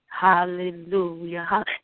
Hallelujah